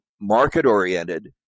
market-oriented